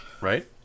Right